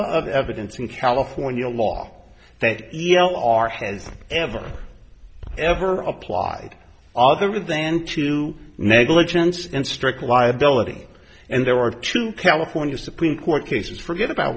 of evidence in california law that e l are has ever ever applied other than to negligence and strict liability and there are two california supreme court cases forget about